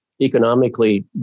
economically